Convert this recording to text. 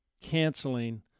canceling